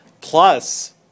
Plus